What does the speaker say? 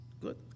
Good